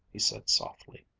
he said softly.